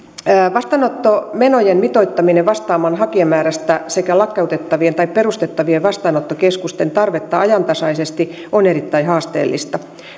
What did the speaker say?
vastaanottomenojen mitoittaminen vastaamaan hakijamäärää sekä lakkautettavien tai perustettavien vastaanottokeskusten tarvetta ajantasaisesti on erittäin haasteellista